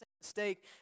mistake